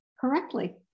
correctly